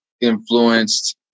influenced